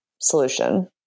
solution